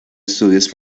estudios